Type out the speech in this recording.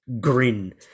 grin